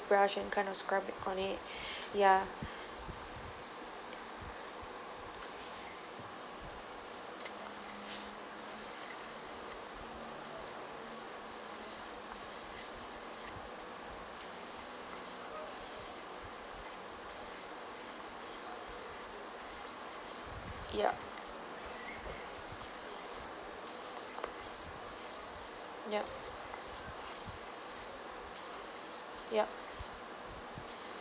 toothbrush and kind of scrub on it yeah yeah yup yup